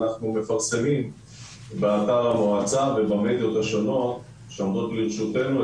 אנחנו מפרסמים באתר המועצה ובמדיות השונות שעומדות לרשותנו,